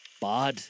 Bad